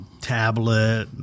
tablet